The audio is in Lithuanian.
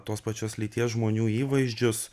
tos pačios lyties žmonių įvaizdžius